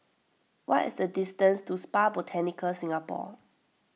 what is the distance to Spa Botanica Singapore